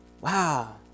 wow